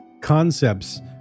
concepts